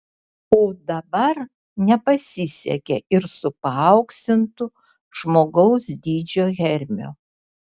o dabar nepasisekė ir su paauksintu žmogaus dydžio hermiu